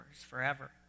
forever